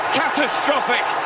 catastrophic